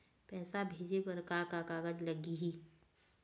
पैसा भेजे बर का का कागज लगही?